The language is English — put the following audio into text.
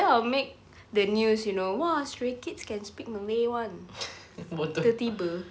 that will make the news you know !wah! stray kids can speak malay [one] tiba-tiba